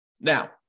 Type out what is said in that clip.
Now